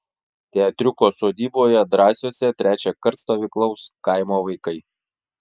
teatriuko sodyboje drąsiuose trečiąkart stovyklaus kaimo vaikai